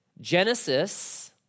Genesis